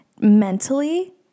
mentally